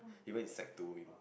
even in sec two we will